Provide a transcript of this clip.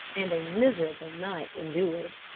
and a miserable night endured.